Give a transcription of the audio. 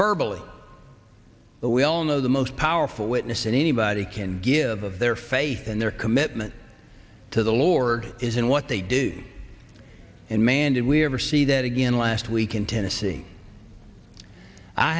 bullet but we all know the most powerful witness anybody can give of their faith and their commitment to the lord is in what they do and man did we ever see that again last week in tennessee i